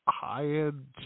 High-end